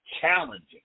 challenging